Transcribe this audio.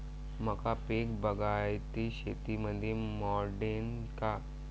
मका पीक बागायती शेतीमंदी मोडीन का?